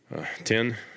Ten